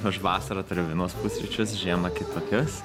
aš vasarą turiu vienus pusryčius žiemą kitokius